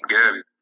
Gabby